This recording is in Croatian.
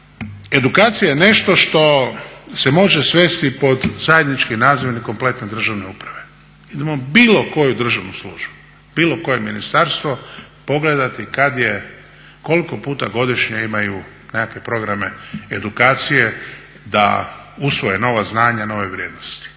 edukacija je nešto što se može svesti pod zajednički nazivnik kompletne državne uprave. Uzmimo bilo koju državnu službu, bilo koje ministarstvo i pogledati kad je koliko puta godišnje imaju nekakve programe edukacije da usvoje nova znanja, nove vrijednosti.